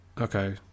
Okay